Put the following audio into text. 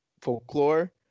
folklore